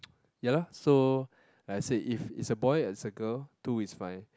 ya lah so like I said if it's a boy it's a girl two is fine